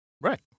Right